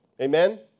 Amen